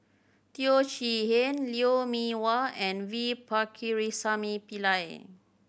Teo Chee Hean Lou Mee Wah and V Pakirisamy Pillai